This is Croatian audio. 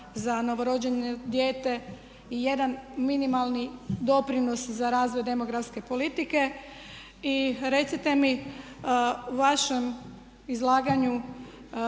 za novorođeno dijete i jedan minimalni doprinos za razvoj demografske politike. I recite mi u vašem izlaganju